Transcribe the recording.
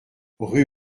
rue